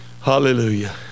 Hallelujah